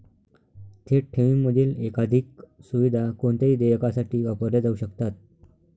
थेट ठेवींमधील एकाधिक सुविधा कोणत्याही देयकासाठी वापरल्या जाऊ शकतात